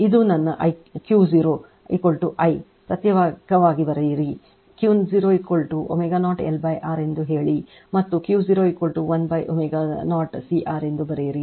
ಇದು ನನ್ನ Q0 I ಪ್ರತ್ಯೇಕವಾಗಿ ಬರೆಯಿರಿ Q0 ω0 L R ಎಂದು ಹೇಳಿ ಮತ್ತೆ Q0 1 ω0 CR ಎಂದು ಬರೆಯಿರಿ